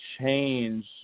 change